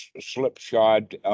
slipshod